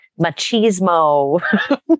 machismo